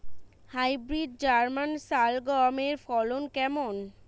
Hybrid German শালগম এর ফলন কেমন?